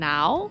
Now